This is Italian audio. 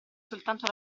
soltanto